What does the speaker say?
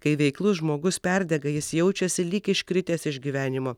kai veiklus žmogus perdega jis jaučiasi lyg iškritęs iš gyvenimo